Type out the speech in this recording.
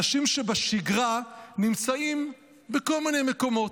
אנשים שבשגרה נמצאים בכל מיני מקומות,